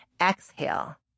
exhale